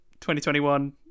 2021